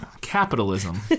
capitalism